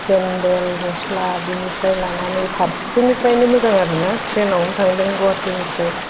सेन्देल गस्ला बिनिफ्राय लानानै फारसेनिफ्रायनो मोजां आरो ना ट्रेनावनो थांदों गुवाहाटिनिफ्राय